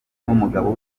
n’umugabo